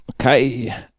Okay